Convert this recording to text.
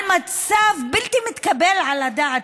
על מצב בלתי מתקבל על הדעת?